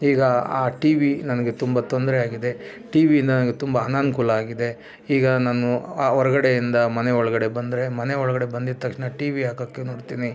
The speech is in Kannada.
ಈಗ ಆ ಟಿ ವಿ ನನಗೆ ತುಂಬ ತೊಂದರೆಯಾಗಿದೆ ಟಿ ವಿಯಿಂದ ನನಗೆ ತುಂಬ ಅನಾನುಕೂಲ ಆಗಿದೆ ಈಗ ನಾನು ಹೊರಗಡೆಯಿಂದ ಮನೆ ಒಳಗಡೆ ಬಂದರೆ ಮನೆ ಒಳಗಡೆ ಬಂದಿದ ತಕ್ಷಣ ಟಿ ವಿ ಹಾಕಕ್ಕೆ ನೋಡ್ತೀನಿ